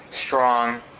strong